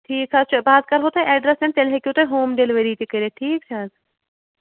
ٹھیٖک حظ چھُ بہٕ حظ کَرٕہو تۄہہِ ایٚڈرس سیٚنٛڈ تیٚلہِ ہیٚکِو تُہۍ ہوٗم ڈِلِوٕری تہِ کٔرِتھ ٹھیٖک چھِ حظ